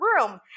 room